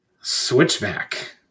Switchback